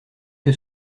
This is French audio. que